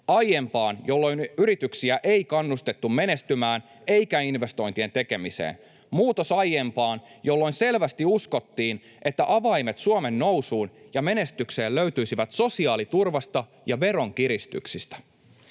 aiempaan, jolloin yrityksiä ei kannustettu menestymään eikä investointien tekemiseen, muutos aiempaan, jolloin selvästi uskottiin, että avaimet Suomen nousuun ja menestykseen löytyisivät sosiaaliturvasta ja veronkiristyksistä.